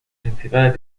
principales